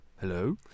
Hello